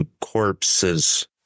corpses